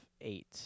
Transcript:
eight